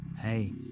Hey